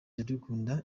iradukunda